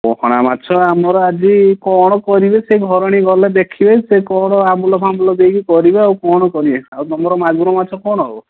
ପୋହଳା ମାଛ ଆମର ଆଜି କ'ଣ କରିବେ ସେ ଘରଣୀ ଗଲେ ଦେଖିବେ ସେ କ'ଣ ଆମ୍ବୁଲ ଫାମ୍ବୁଲ ଦେଇକି କରିବେ ଆଉ କ'ଣ କରିବେ ଆଉ ତୁମର ମାଗୁର ମାଛ କ'ଣ ହେବ